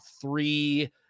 three